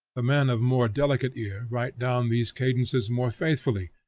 men of more delicate ear write down these cadences more faithfully,